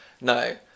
no